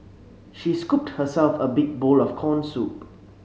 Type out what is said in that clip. she scooped herself a big bowl of corn soup